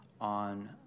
on